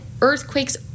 earthquakes